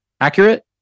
Accurate